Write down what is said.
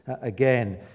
again